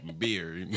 beer